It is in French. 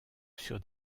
sur